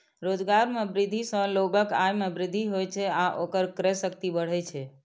रोजगार मे वृद्धि सं लोगक आय मे वृद्धि होइ छै आ ओकर क्रय शक्ति बढ़ै छै